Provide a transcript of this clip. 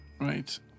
Right